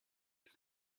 and